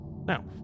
Now